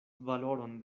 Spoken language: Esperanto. valoron